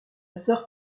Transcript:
sœur